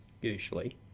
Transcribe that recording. usually